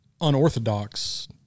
unorthodox